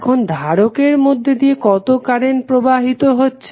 এখন ধারকের মধ্যে দিয়ে কত কারেন্ট প্রবাহিত হচ্ছে